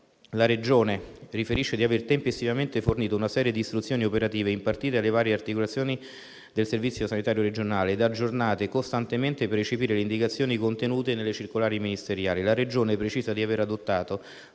la Regione riferisce di aver tempestivamente fornito una serie di istruzioni operative impartite alle varie articolazioni del servizio sanitario regionale ed aggiornate costantemente per recepire le indicazioni contenute nelle circolari ministeriali. La Regione precisa di aver adottato